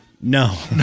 No